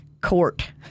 court